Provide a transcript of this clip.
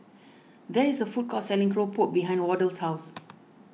there is a food court selling Keropok behind Wardell's house